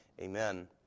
Amen